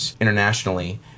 internationally